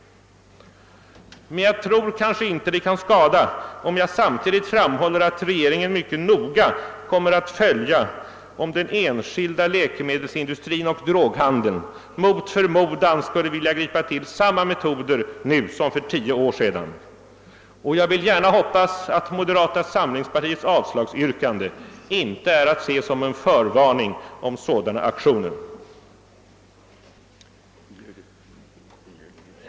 Men jag tror att det kanske inte kan skada, om jag samtidigt framhåller att regeringen mycket noga kommer att följa, om den enskilda läkemedelsindustrin och droghandeln mot förmodan skulle vilja gripa till samma metoder nu som för tio år sedan. Jag vill gärna hoppas att moderata samlingspartiets avslagsyrkande inte är att se som en förvarning om sådana aktioner.